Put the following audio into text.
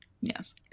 Yes